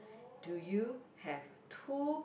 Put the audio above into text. do you have two